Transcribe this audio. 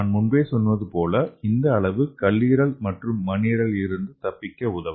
நான் முன்பு சொன்னது போல இந்த அளவு கல்லீரல் மற்றும் மண்ணீரலில் இருந்து தப்பிக்க உதவும்